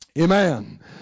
Amen